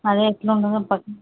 అదే ఎలా ఉంటుందో